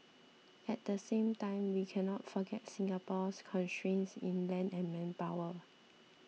at the same time we cannot forget Singapore's constraints in land and manpower